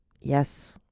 yes